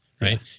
right